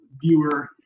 viewer